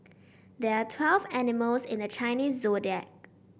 there are twelve animals in the Chinese Zodiac